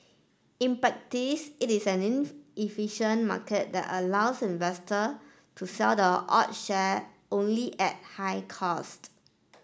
in practice it is an inefficient market that allows investor to sell the odd share only at high cost